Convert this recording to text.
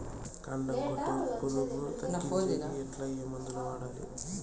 కాండం కొట్టే పులుగు తగ్గించేకి ఎట్లా? ఏ మందులు వాడాలి?